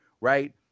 Right